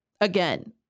again